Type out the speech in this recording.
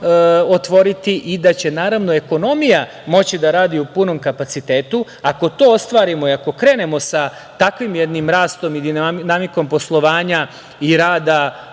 otvoriti i da će naravno ekonomija moći da radi u punom kapacitetu. Ako to ostvarimo i ako krenemo sa takvim jednim rastom i dinamikom poslovanja i rada